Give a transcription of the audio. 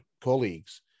colleagues